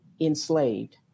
enslaved